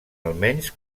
almenys